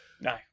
No